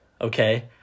okay